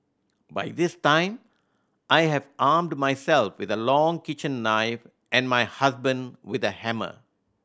by this time I have armed myself with a long kitchen knife and my husband with a hammer